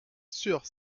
sûr